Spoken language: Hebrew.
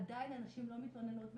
עדיין הנשים לא מתלוננות.